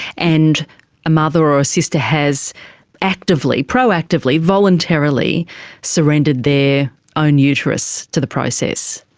and a mother or sister has actively, proactively, voluntarily surrendered their own uterus to the process?